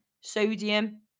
sodium